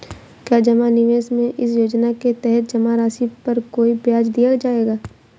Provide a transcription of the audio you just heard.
क्या जमा निवेश में इस योजना के तहत जमा राशि पर कोई ब्याज दिया जाएगा?